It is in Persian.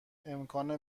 امکان